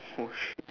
oh shit